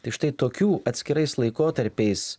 tai štai tokių atskirais laikotarpiais